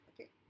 okay